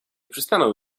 przystanął